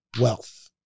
wealth